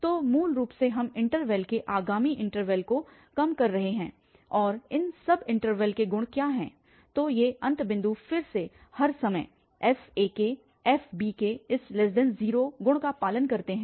तो मूल रूप से हम इन्टरवल के आगामी इन्टरवल को कम कर रहे हैं और इन इन्टरवलस के गुण क्या है तो ये अंत बिंदु फिर से हर समय fakfbk0 गुण का पालन करते हैं